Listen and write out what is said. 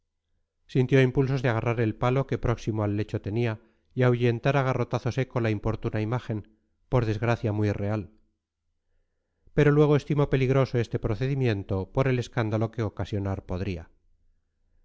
sintió impulsos de agarrar el palo que próximo al lecho tenía y ahuyentar a garrotazo seco la importuna imagen por desgracia muy real pero luego estimó peligroso este procedimiento por el escándalo que ocasionar podría